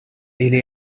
ili